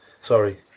sorry